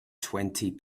twenty